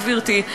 גברתי.